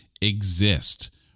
exist